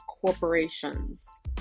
corporations